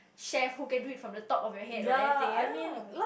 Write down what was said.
chef who can do it from top of your head right or anything ya